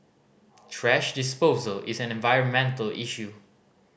thrash disposal is an environmental issue